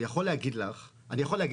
לא,